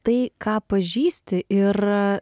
tai ką pažįsti ir